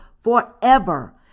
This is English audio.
forever